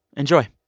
enjoy